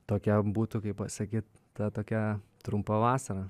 tokia būtų kaip pasakyt ta tokia trumpa vasara